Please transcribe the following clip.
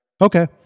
Okay